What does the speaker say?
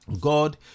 God